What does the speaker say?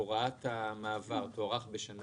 הוראת המעבר תוארך בשנה